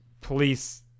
police